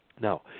Now